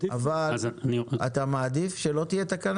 אתם מעדיפים שלא תהיה תקנה?